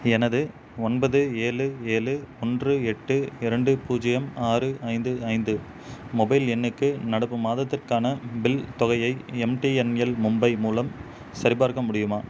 எனது ஒன்பது ஏழு ஏழு ஒன்று எட்டு இரண்டு பூஜ்ஜியம் ஆறு ஐந்து ஐந்து மொபைல் எண்ணுக்கு நடப்பு மாதத்திற்கான பில் தொகையை எம்டிஎன்எல் மும்பை மூலம் சரிபார்க்க முடியுமா